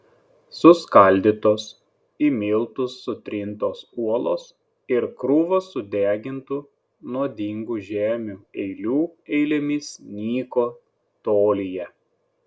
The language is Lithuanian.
suskaldytos į miltus sutrintos uolos ir krūvos sudegintų nuodingų žemių eilių eilėmis nyko tolyje